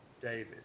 David